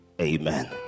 Amen